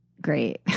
great